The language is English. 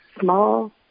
small